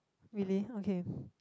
really okay